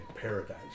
paradise